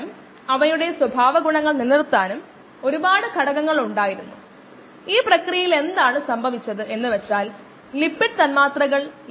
10 fold food infection എന്ന് പറയുന്നത് തുടക്കത്തിലുള്ള പ്രവർത്തനക്ഷമമായ കോശ സാന്ദ്രതയെ t ടൈമിൽ ഉള്ള കോശ സാന്ദ്രത കൊണ്ട് വിഭജിക്കുമ്പോൾ കിട്ടുന്നതാണ്